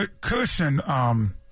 Cushion